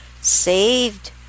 saved